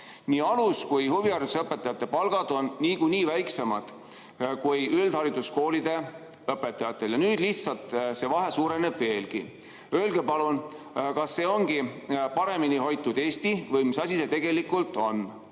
Nii alus- kui ka huvihariduse õpetajate palgad on niikuinii väiksemad kui üldhariduskoolide õpetajatel ja nüüd lihtsalt see vahe suureneb veelgi. Öelge palun, kas see ongi paremini hoitud Eesti või mis asi see tegelikult on.